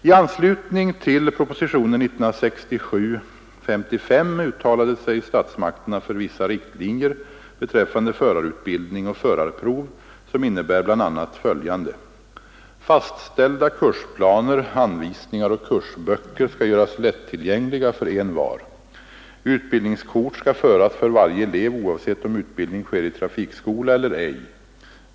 I anslutning till propositionen 55 år 1967 uttalade sig statsmakterna för vissa riktlinjer beträffande förarutbildning och förarprov som innebär bl.a. följande: Fastställda kursplaner, anvisningar och kursböcker skall göras lättillgängliga för envar. Utbildningskort skall föras för varje elev oavsett om utbildning sker i trafikskola eller ej.